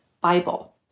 Bible